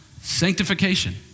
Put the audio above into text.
Sanctification